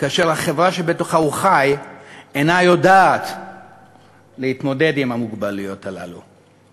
כאשר החברה שבתוכה הוא חי אינה יודעת להתמודד עם המוגבלויות האלה.